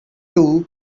two